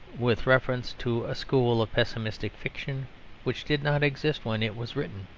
with reference to a school of pessimistic fiction which did not exist when it was written,